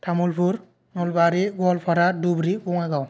Tamulpur Nalbari Goalpara Dhubri Bongaigaon